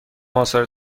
آثار